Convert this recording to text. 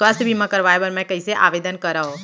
स्वास्थ्य बीमा करवाय बर मैं कइसे आवेदन करव?